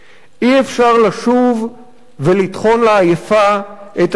אי-אפשר לשוב ולטחון לעייפה את הטיעון,